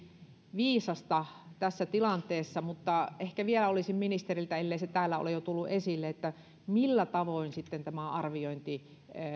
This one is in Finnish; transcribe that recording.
viisasta tässä tilanteessa mutta ehkä vielä olisin ministeriltä ellei se täällä ole jo tullut esille kysynyt millä tavoin sitten tämä arviointi